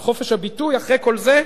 על חופש הביטוי, אחרי כל זה?